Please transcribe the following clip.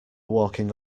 walking